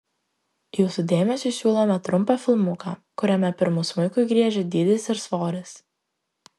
jūsų dėmesiui siūlome trumpą filmuką kuriame pirmu smuiku griežia dydis ir svoris